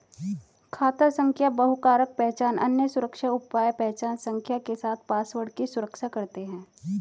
खाता संख्या बहुकारक पहचान, अन्य सुरक्षा उपाय पहचान संख्या के साथ पासवर्ड की सुरक्षा करते हैं